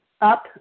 Up